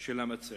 של המציעים,